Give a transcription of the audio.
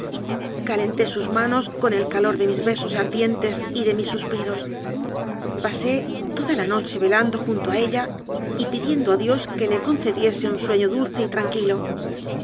calenté sus manos con el calor de mis besos ardientes y de mis suspiros pasé toda la noche velando junto a ella y pidiendo a dios que le concediese un sueño dulce y tranquilo